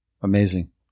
Amazing